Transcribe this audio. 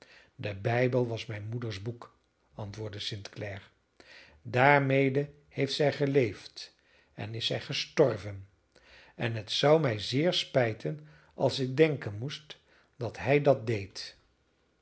de bijbel was mijn moeders boek antwoordde st clare daarmede heeft zij geleefd en is zij gestorven en het zou mij zeer spijten als ik denken moest dat hij dat deed